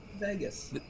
Vegas